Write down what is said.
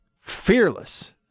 Fearless